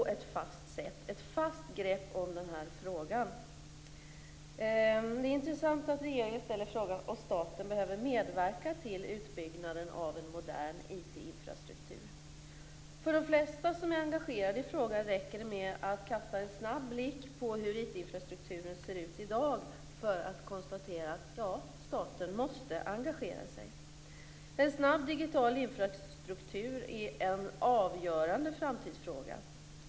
Det är intressant att regeringen ställer frågan om staten behöver medverka till utbyggnaden av en modern IT-infrastruktur. För de flesta som är engagerade i frågan räcker det med att kasta en snabb blick på hur IT-infrastrukturen ser ut i dag för att konstatera att staten måste engagera sig. En snabb digital infrastruktur är en avgörande framtidsfråga.